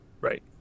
Right